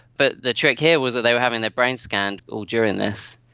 but the trick here was that they were having their brain scanned all during this,